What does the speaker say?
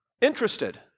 interested